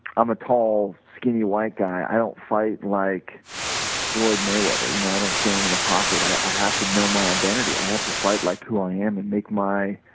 i'm a tall skinny white guy, i don't fight like forney weather, you know, i don't stay into the pocket, i have to know my identity, i have to fight like who i am and make my